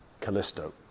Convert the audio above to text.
Callisto